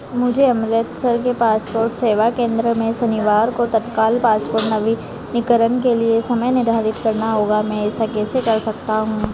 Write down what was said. मुझे अमृतसर के पासपोर्ट सेवा केन्द्र में शनिवार को तत्काल पासपोर्ट नवी नीकरण के लिए समय निर्धारित करना होगा मैं ऐसा कैसे कर सकता हूँ